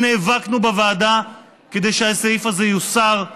אנחנו נאבקנו בוועדה כדי שהסעיף הזה יוסר,